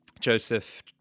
Joseph